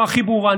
בצורה הכי ברורה.